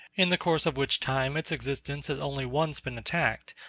in the course of which time its existence has only once been attacked,